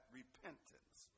repentance